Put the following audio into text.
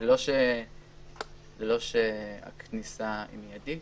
זה לא שהכניסה היא מיידית.